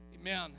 Amen